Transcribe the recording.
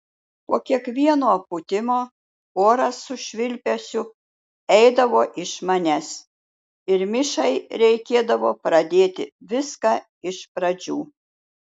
po kiekvieno pūtimo oras su švilpesiu eidavo iš manęs ir mišai reikėdavo pradėti viską iš pradžių